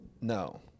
No